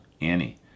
annie